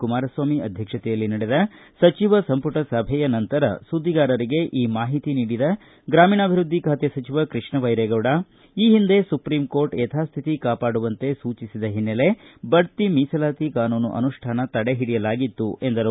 ಕುಮಾರಸ್ವಾಮಿ ಅಧ್ಯಕ್ಷತೆಯಲ್ಲಿ ನಡೆದ ಸಚಿವ ಸಂಪುಟ ಸಭೆಯ ನಂತರ ಸುದ್ದಿಗಾರರಿಗೆ ಈ ಮಾಹಿತಿ ನೀಡಿದ ಗ್ರಾಮೀಣಾಭಿವೃದ್ದಿ ಖಾತೆ ಸಚಿವ ಕೃಷ್ಣ ಭೈರೇಗೌಡ ಈ ಹಿಂದೆ ಸುಪ್ರಿಂ ಕೋರ್ಟ ಯಥಾಸ್ಮಿತಿ ಕಾಪಾಡುವಂತೆ ಸೂಚಿಸಿದ ಹಿನ್ನೆಲೆ ಬಡ್ತಿ ಮೀಸಲಾತಿ ಕಾನೂನು ಅನುಷ್ಠಾನ ತಡೆ ಹಿಡಿಯಲಾಗಿತ್ತು ಎಂದರು